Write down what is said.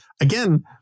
again